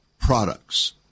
products